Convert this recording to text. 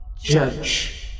judge